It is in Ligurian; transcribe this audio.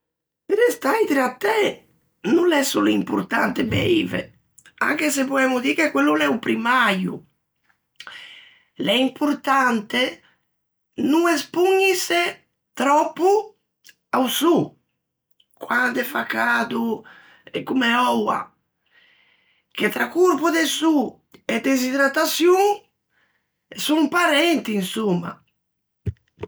Pe restâ idratæ no l'é solo importante beive, anche se poemmo dî che quello o l'é o primmäio. L'é importante no espoñise tròppo a-o sô, quande fa cado comme oua, che tra corpo de sô e desitradatçion, son parenti insomma.